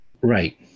right